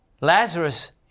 Lazarus